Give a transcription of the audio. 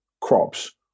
crops